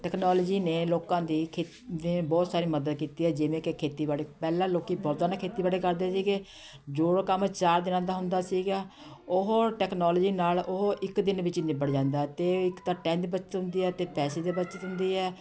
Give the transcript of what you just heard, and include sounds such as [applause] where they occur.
technology ਨੇ ਲੋਕਾਂ ਦੀ ਖੇ [unintelligible] ਬਹੁਤ ਸਾਰੀ ਮਦਦ ਕੀਤੀ ਹੈ ਜਿਵੇਂ ਕਿ ਖੇਤੀਬਾੜੀ ਪਹਿਲਾਂ ਲੋਕੀਂ ਬਲਦਾਂ ਨਾਲ ਖੇਤੀਬਾੜੀ ਕਰਦੇ ਸੀਗੇ ਜੋ ਕੰਮ ਚਾਰ ਦਿਨਾਂ ਦਾ ਹੁੰਦਾ ਸੀਗਾ ਉਹ ਟੈਕਨੋਲੋਜੀ ਨਾਲ ਉਹ ਇੱਕ ਦਿਨ ਵਿੱਚ ਹੀ ਨਿਬੜ ਜਾਂਦਾ ਹੈ ਤਾਂ ਇੱਕ ਤਾਂ ਟਾਇਮ ਦੀ ਬੱਚਤ ਹੁੰਦੀ ਹੈ ਅਤੇ ਪੈਸੇ ਦੀ ਬੱਚਤ ਹੁੰਦੀ ਹੈ